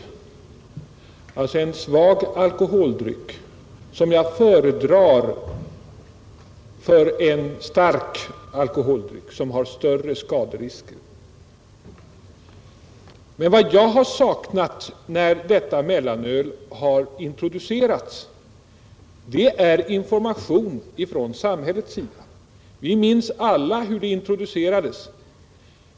Jag föredrar alltså en svag alkoholdryck framför en stark alkoholdryck, som medför större skaderisker. Men jag har saknat information från samhället när mellanölet introducerades.